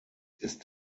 ist